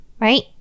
right